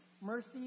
mercy